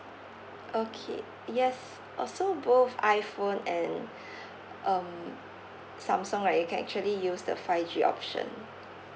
okay yes also both iPhone and um Samsung right you can actually use the five G option